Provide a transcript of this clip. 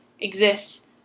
Exists